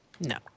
no